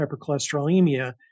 hypercholesterolemia